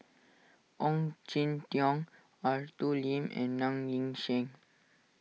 Ong Jin Teong Arthur Lim and Ng Yi Sheng